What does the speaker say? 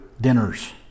dinners